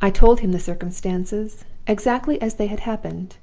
i told him the circumstances exactly as they had happened,